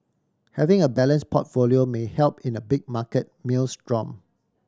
having a balance portfolio may help in a big market maelstrom